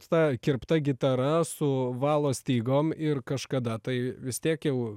ta kirpta gitara su valo stygom ir kažkada tai vis tiek jau